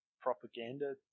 propaganda